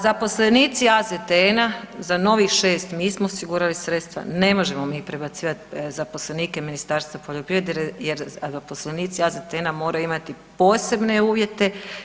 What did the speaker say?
Zaposlenici AZTN-a za novih 6 mi smo osigurali sredstva, ne možemo mi prebacivati zaposlenike Ministarstva poljoprivrede, jer zaposlenici AZTN-a moraju imati posebne uvjete.